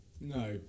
No